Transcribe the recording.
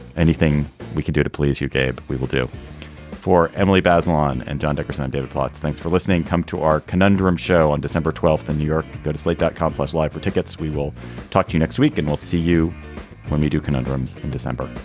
anything we can do to please you gabe. we will do for emily bazelon and john dickerson and david plotz. thanks for listening. come to our conundrum show on december twelfth in new york. go to sleep that complex life for tickets we will talk to you next week and we'll see you when we do conundrums in december.